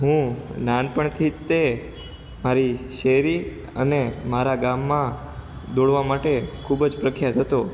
હું નાનપણથી તે મારી શેરી અને મારા ગામમાં દોડવા માટે ખૂબ જ પ્રખ્યાત હતો